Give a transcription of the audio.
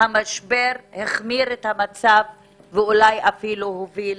המשבר החמיר את המצב ואולי אף הוביל